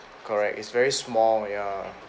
correct it's very small ya